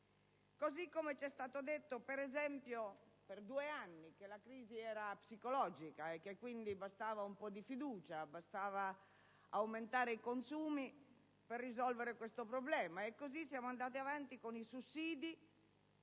modo, ci è stato detto per due anni che la crisi era psicologica e che quindi bastava un po' di fiducia, bastava aumentare i consumi per risolvere il problema, e così siamo andati avanti con i soliti